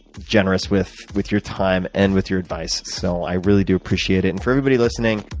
generous with with your time and with your advice so i really do appreciate it. and for everybody listening,